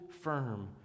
firm